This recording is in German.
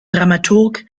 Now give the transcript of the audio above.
dramaturg